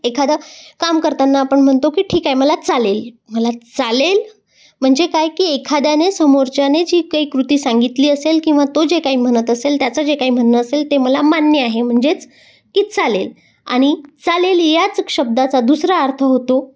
एखादा काम करताना आपण म्हणतो की ठीक आहे मला चालेल मला चालेल म्हणजे काय की एखाद्याने समोरच्याने जी काही कृती सांगितली असेल किंवा तो जे काही म्हणत असेल त्याचं जे काही म्हणणं असेल ते मला मान्य आहे म्हणजेच की चालेल आणि चालेल याच शब्दाचा दुसरा अर्थ होतो